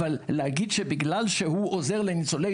אבל להגיד שבגלל שהוא עוזר לניצולי